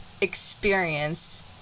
experience